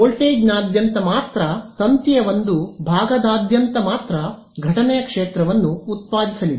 ವೋಲ್ಟೇಜ್ನಾದ್ಯಂತ ಮಾತ್ರ ತಂತಿಯ ಒಂದು ಭಾಗದಾದ್ಯಂತ ಮಾತ್ರ ಘಟನೆಯ ಕ್ಷೇತ್ರವನ್ನು ಉತ್ಪಾದಿಸಲಿದೆ